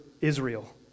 Israel